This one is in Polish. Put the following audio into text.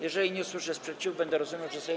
Jeżeli nie usłyszę sprzeciwu, będę rozumiał, że Sejm.